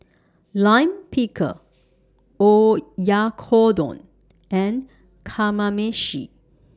Lime Pickle Oyakodon and Kamameshi